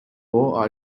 war